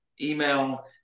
email